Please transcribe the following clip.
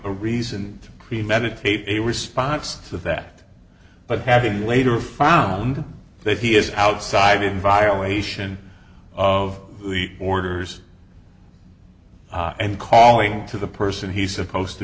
a reasoned premeditate response to that but having later found that he is outside in violation of the orders and calling to the person he's supposed to